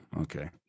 Okay